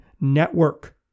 Network